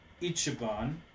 Ichiban